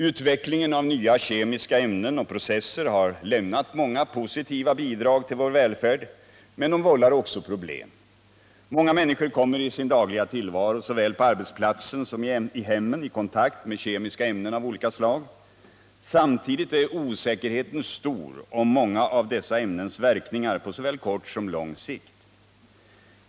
Utvecklingen av nya kemiska ämnen och processer har lämnat många postiva bidrag till vår välfärd, men de vållar också problem. Många människor kommer i sin dagliga tillvaro, såväl på arbetsplatsen som i hemmen, i kontakt med kemiska ämnen av olika slag. Samtidigt är osäkerheten stor om många av dessa ämnens verkningar på såväl kort som lång sikt.